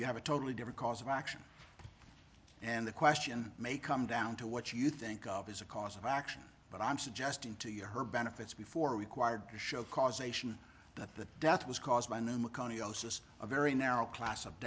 you have a totally different cause of action and the question may come down to what you think of as a cause of action but i'm suggesting to you her benefits before required to show causation that the death was caused by no macone osis a very narrow class of